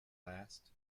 last